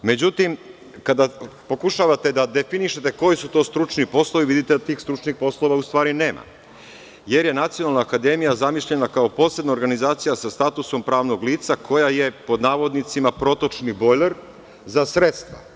Međutim, kada pokušavate da definišete koji su to stručni poslovi, vidite da tih stručnih poslova u stvari nema, jer je nacionalna akademija zamišljena kao posebna organizacija sa statusom pravnog lica koja je, pod navodnicima, protočni bojler za sredstva.